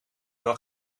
wel